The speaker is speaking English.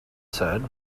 said